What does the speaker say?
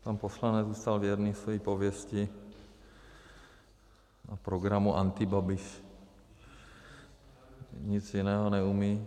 Pan poslanec zůstal věrný své pověsti a programu Antibabiš, nic jiného neumí.